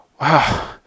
Wow